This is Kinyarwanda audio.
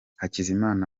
hakizimana